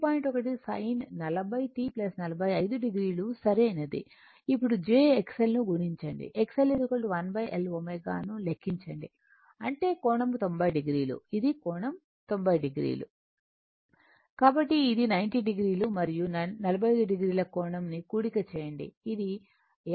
1 sin 40 t 45 o సరైనది ఇప్పుడు jXL ను గుణించండి XL 1L ω ను లెక్కించండి j అంటే కోణం 90 0 ఇది కోణం 90 0 కాబట్టి అది 90 oమరియు 45 o కోణం ని కూడిక చేయండి అది 56